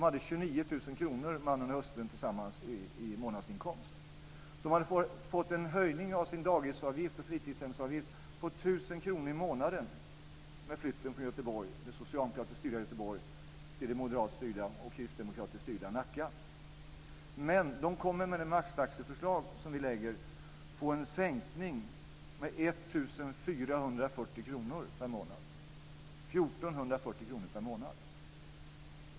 Mannen och hustrun hade tillsammans kr i månaden i och med flytten från det socialdemokratiskt styrda Göteborg till det moderat och kristdemokratiskt styrda Nacka. Med det maxtaxeförslag som vi lägger kommer de att få en sänkning med 1 440 kr per månad.